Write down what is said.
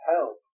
help